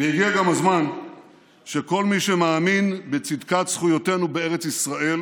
הגיע גם הזמן שכל מי שמאמין בצדקת זכויותינו בארץ ישראל